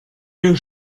wir